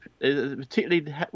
Particularly